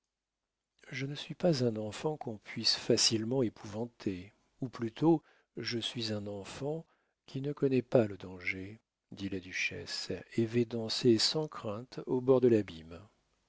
je ne suis pas un enfant qu'on puisse facilement épouvanter ou plutôt je suis un enfant qui ne connaît pas le danger dit la duchesse et vais danser sans crainte au bord de l'abîme